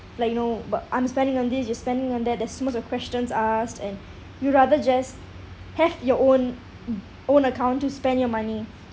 like you know but I'm spending on this you're spending on that there's so much of questions asked and you rather just have your own own account to spend your money